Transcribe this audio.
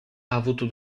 avuto